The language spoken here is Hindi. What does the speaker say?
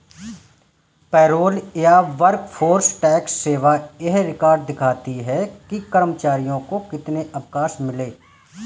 पेरोल या वर्कफोर्स टैक्स सेवा यह रिकॉर्ड रखती है कि कर्मचारियों को कितने अवकाश मिले